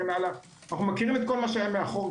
אנו מכירים כל מה שהיה מאחור,